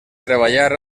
treballar